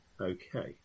Okay